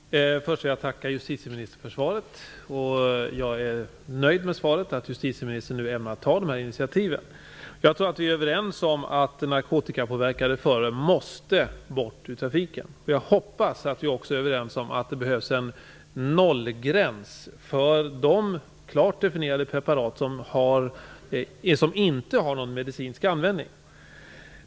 Fru talman! Först vill jag tacka justitieministern för svaret. Jag är nöjd med svaret att justitieministern nu ämnar ta dessa initiativ. Jag tror att vi är överens om att narkotikapåverkade förare måste bort ur trafiken. Jag hoppas att vi också är överens om att det behövs en nollgräns för de klart definierade preparat som inte har någon medicinsk användning.